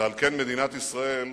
ועל כן מדינת ישראל,